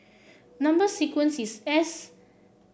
number sequence is S